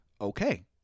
Okay